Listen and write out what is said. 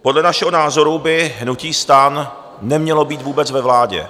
Podle našeho názoru by hnutí STAN nemělo být vůbec ve vládě.